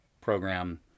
program